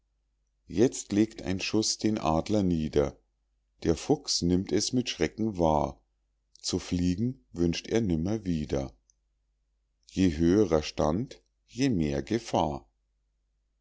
jetzt legt ein schuß den adler nieder der fuchs nimmt es mit schrecken wahr zu fliegen wünscht er nimmer wieder je höh'rer stand je mehr gefahr